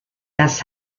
das